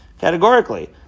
Categorically